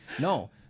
No